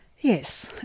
Yes